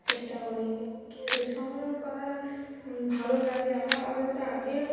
চেষ্টা করি সংগ্রহ করা ভালো লাগে আমার আগ্রহটা আগেও